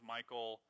Michael